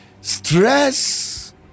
Stress